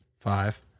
five